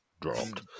dropped